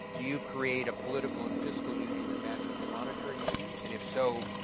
do you create a political and fiscal union that matches the monetary union? and if so,